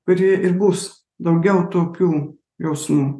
kuri ir bus daugiau tokių jausmų